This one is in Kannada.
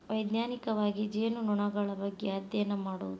ವೈಜ್ಞಾನಿಕವಾಗಿ ಜೇನುನೊಣಗಳ ಬಗ್ಗೆ ಅದ್ಯಯನ ಮಾಡುದು